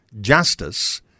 justice